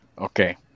Okay